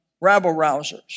rabble-rousers